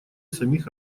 самих